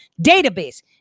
Database